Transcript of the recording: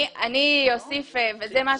אני אוסיף ואומר